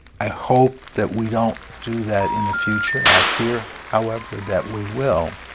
i hope that we don't do that in the future. i fear, however, that we will.